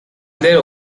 their